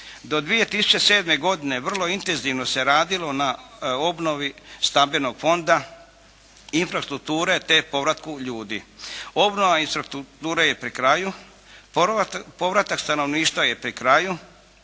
Do 2007. godine vrlo intenzivno se radilo na obnovi stambenog fonda, infrastrukture te povratku ljudi. Obnova infrastrukture je pri kraju, povratak stanovništva je pri kraju,